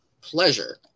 pleasure